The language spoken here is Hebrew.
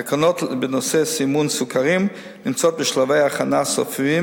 התקנות בנושא סימון סוכרים נמצאות בשלבי הכנה סופיים